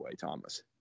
Thomas